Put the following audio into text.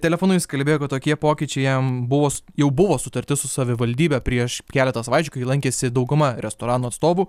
telefonu jis kalbėjo kad tokie pokyčiai jam buvos jau buvo sutarti su savivaldybe prieš keletą savaičių kai lankėsi dauguma restorano atstovų